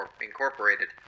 Incorporated